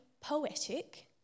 poetic